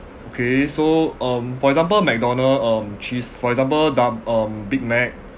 okay so um for example McDonald um cheese for example doub~ um Big Mac